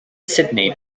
sydney